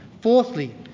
Fourthly